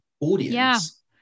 audience